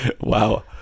Wow